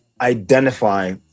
identify